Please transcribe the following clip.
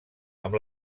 amb